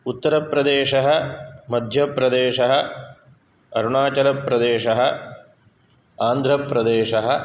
उत्तरप्रदेशः मध्यप्रदेशः अरुणाचलप्रदेशः आन्ध्रप्रदेशः